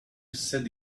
said